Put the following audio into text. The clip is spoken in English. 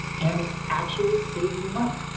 and actually save you money.